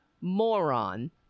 moron